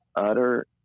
utter